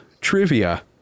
trivia